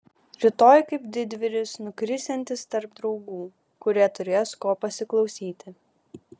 rytoj kaip didvyris nukrisiantis tarp draugų kurie turės ko pasiklausyti